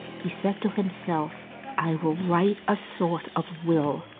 he said to himself i will write a sort of will,